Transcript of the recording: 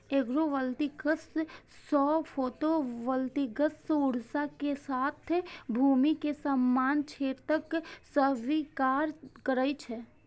agrovoltaics सौर photovoltaic ऊर्जा के साथ भूमि के समान क्षेत्रक सहविकास करै छै